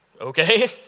Okay